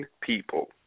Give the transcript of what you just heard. people